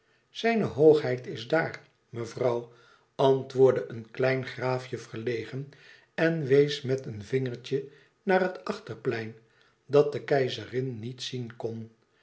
zijne hoogheid is daar mevrouw antwoordde een klein graafje verlegen en wees met een vingertje naar het achterplein dat de keizerin niet zien kon